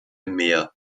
mär